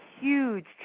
huge